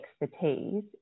expertise